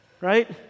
right